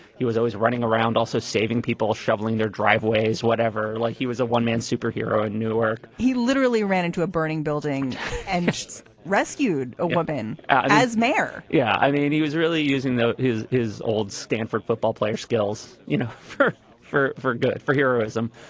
he was always running around, also saving people, shoveling their driveways, whatever. like he was a one man superhero in newark he literally ran into a burning building and rescued a woman as mayor yeah. i mean, he was really using his his old stanford football player skills, you know, for for for good for heroism,